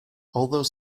although